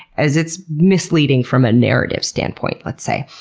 as it's misleading from a narrative standpoint, let's say.